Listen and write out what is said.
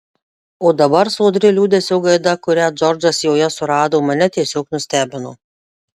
o dabar sodri liūdesio gaida kurią džordžas joje surado mane tiesiog nustebino